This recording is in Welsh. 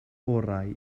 orau